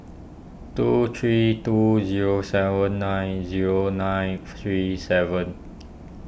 two three two zero seven nine zero nine three seven